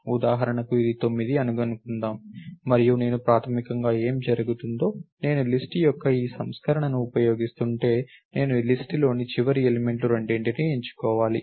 ఉదాహరణకు ఇది 9 అని అనుకుందాం మరియు నేను ప్రాథమికంగా ఏమి జరుగుతుందో నేను లిస్ట్ యొక్క ఈ సంస్కరణను ఉపయోగిస్తుంటే నేను లిస్ట్ లోని చివరి ఎలిమెంట్లు రెండింటినీ ఎంచుకోవాలి